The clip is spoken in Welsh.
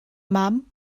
mam